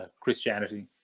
Christianity